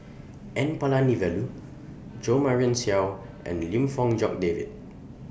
N Palanivelu Jo Marion Seow and Lim Fong Jock David